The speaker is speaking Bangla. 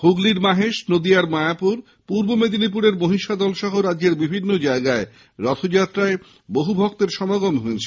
হুগলীর মাহেশ নদীয়ার মায়াপুর পূর্ব মেদিনীপুরের মহিষাদলসহ রাজ্যের বিভিন্ন জায়গায় রথযাত্রায় বহু ভক্তের সমাগম হয়েছে